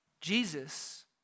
Jesus